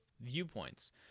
viewpoints